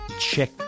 check